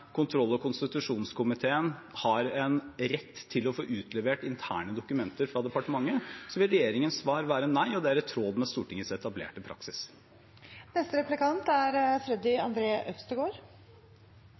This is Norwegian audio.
kontroll- og konstitusjonskomiteen har en rett til å få utlevert interne dokumenter fra departementet, vil regjeringens svar være nei, og det er i tråd med Stortingets etablerte praksis. Det er